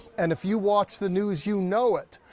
and if you watch the news you know it.